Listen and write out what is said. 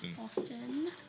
Austin